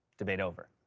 debate over.